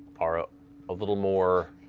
are a ah little more